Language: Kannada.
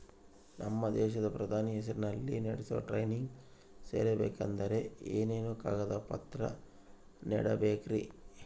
ನಮ್ಮ ದೇಶದ ಪ್ರಧಾನಿ ಹೆಸರಲ್ಲಿ ನಡೆಸೋ ಟ್ರೈನಿಂಗ್ ಸೇರಬೇಕಂದರೆ ಏನೇನು ಕಾಗದ ಪತ್ರ ನೇಡಬೇಕ್ರಿ?